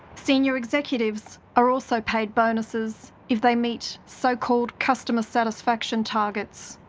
senior executives are also paid bonuses if they meet so-called customer satisfaction targets.